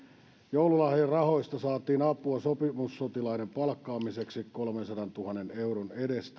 joululahjarahoista saatiin apua sopimussotilaiden palkkaamiseksi kolmensadantuhannen euron edestä